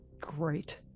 Great